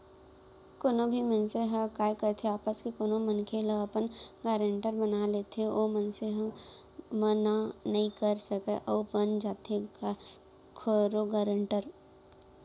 कोनो भी मनसे ह काय करथे आपस के कोनो मनखे ल अपन गारेंटर बना लेथे ओ मनसे ह मना नइ कर सकय अउ बन जाथे कखरो गारेंटर